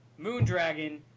Moondragon